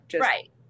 Right